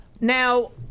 Now